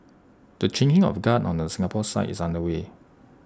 the changing of guard on the Singapore side is underway